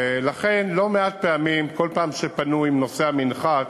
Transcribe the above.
לכן, לא מעט פעמים, כל פעם שפנו עם נושא המנחת,